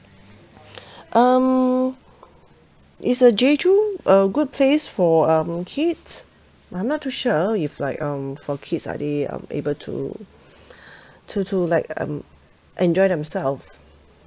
um is uh jeju a good place for um kids I'm not too sure if like um for kids are they um able to to to like um enjoy themselves